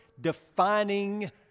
defining